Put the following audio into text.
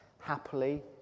happily